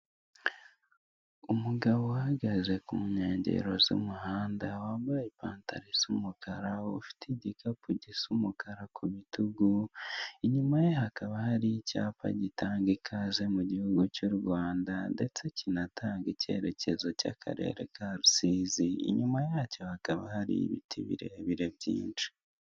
Umugabo uhagaze ku nyengero z'umuhanda wambaye ipantalo isa umukara ufite igikapu gisa umukara ku bitugu inyuma ye hakaba hari icyapa gitanga ikaze mu gihugu cy' u Rwanda ndetse kinatanga icyerekezo cy'Akarere cya Rusizi inyuma yacyo hakaba hari ibiti birebire byinshi.